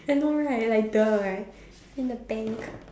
I know right like !duh! right in the bank